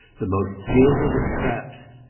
the most gilded of traps.